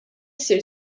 ssir